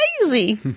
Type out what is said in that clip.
crazy